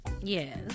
Yes